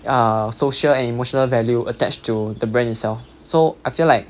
a social and emotional value attached to the brand itself so I feel like